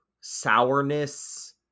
sourness